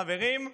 חברים,